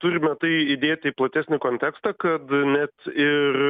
turime tai įdėti į platesnį kontekstą kad net ir